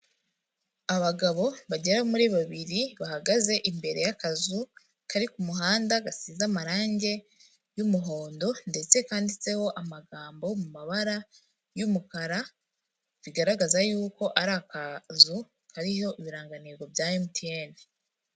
Abagabo bagera muri babiri bahagaze imbere y'akazu kari ku muhanda gasize amarangi y'umuhondo, ndetse kanditseho amagambo mu mabara y'umukara bigaragaza y'uko ari akazu kariho ibirangantego bya MTN.